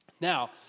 Now